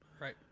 right